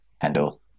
handle